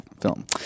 film